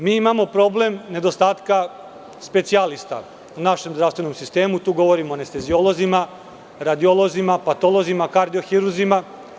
Takođe, mi imamo problem nedostatka specijalista u našem zdravstvenom sistemu, tu govorim o anesteziolozima, radiolozima, patolozima, kardiohiruzima.